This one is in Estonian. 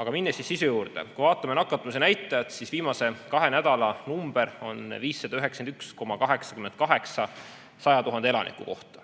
Aga lähen nüüd sisu juurde. Kui vaatame nakatumise näitajaid, siis viimase kahe nädala number on 591,88 100 000 elaniku kohta.